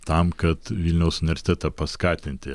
tam kad vilniaus universitetą paskatinti